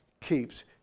keeps